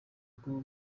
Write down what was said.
kubaho